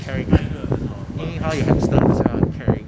caring 因为她有 hamster 是吗 caring